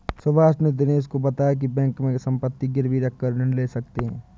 सुभाष ने दिनेश को बताया की बैंक में संपत्ति गिरवी रखकर ऋण ले सकते हैं